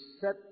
set